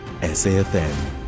SAFM